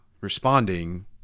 responding